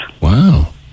Wow